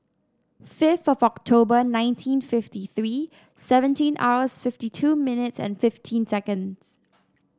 fifth of October nineteen fifty three seventeen hours fifty two minutes and fifteen seconds